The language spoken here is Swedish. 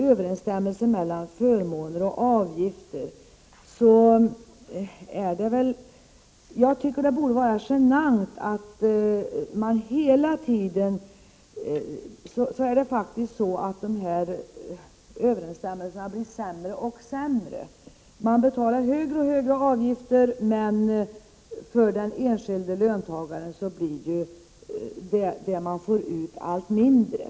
Överensstämmelsen mellan förmåner och avgifter blir hela tiden sämre och sämre. Jag tycker att det borde vara genant. Man betalar allt högre avgifter, men det som den enskilde löntagaren får ut blir allt mindre.